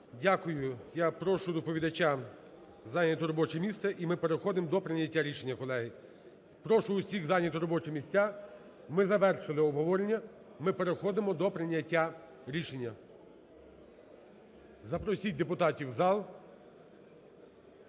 Дякую. Я прошу доповідача зайняти робоче місце і ми переходимо до прийняття рішення, колеги. Прошу усіх зайняти робочі місця, ми завершили обговорення, ми переходимо до прийняття рішення. Запросіть депутатів в зал.